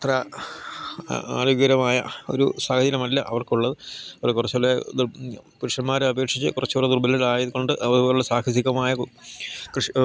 അത്ര ആരോഗ്യകരമായ ഒരു സാഹചര്യമല്ല അവർക്ക് ഉള്ളത് അവർ കുറച്ചു കൂടെ പുരുഷന്മാരെ അപേക്ഷിച്ചു കുറച്ചു കൂടെ ദുർബലരായതു കൊണ്ട് അവ പോലെയുള്ള സാഹസികമായ കൃഷി